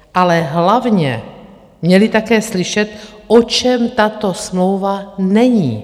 Ale hlavně měli také slyšet, o čem tato smlouva není.